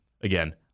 Again